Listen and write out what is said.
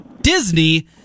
Disney –